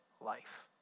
life